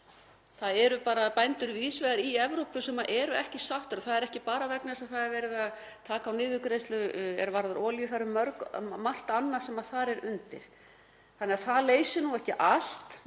Það eru bara bændur víðs vegar í Evrópu sem eru ekki sáttir og það er ekki bara vegna þess að það er verið að taka á niðurgreiðslu er varðar olíu. Það er margt annað sem þar er undir þannig að það leysir ekki allt